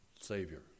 Savior